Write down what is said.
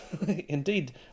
Indeed